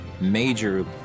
major